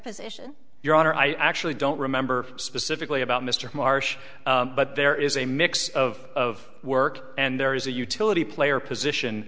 position your honor i actually don't remember specifically about mr marsh but there is a mix of of work and there is a utility player position